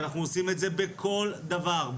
ואנחנו עושים את זה בכל דבר,